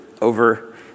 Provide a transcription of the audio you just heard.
over